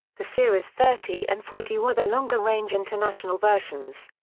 the series thirty and forty were the longer-range international versions.